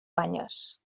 banyes